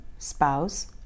spouse